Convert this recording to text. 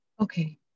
Okay